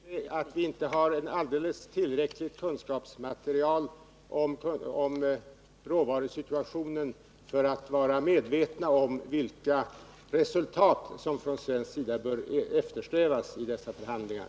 Herr talman! Jag kan inte inse att vi inte har ett alldeles tillräckligt kunskapsmaterial om råvarusituationen för att vara medvetna om vilka resultat som från svensk sida bör eftersträvas i dessa förhandlingar.